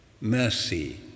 Mercy